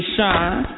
Shine